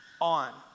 on